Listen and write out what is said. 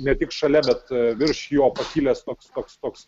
ne tik šalia bet virš jo pakilęs toks toks toks